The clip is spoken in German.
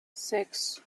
sechs